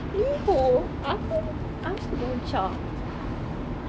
Liho aku suka Gongcha